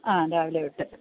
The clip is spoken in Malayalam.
ആ രാവിലെ വിട്ടേക്കാം